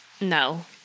No